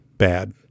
bad